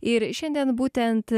ir šiandien būtent